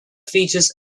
features